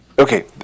Okay